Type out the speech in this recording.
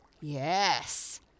Yes